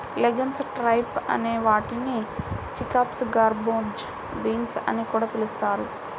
legumes types అనే వాటిని chickpeas, garbanzo beans అని కూడా పిలుస్తారు